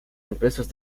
empresas